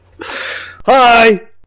Hi